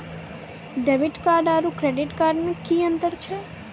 Debit card आरू credit card मे कि अन्तर छैक?